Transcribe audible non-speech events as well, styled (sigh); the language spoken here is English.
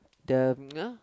the (noise)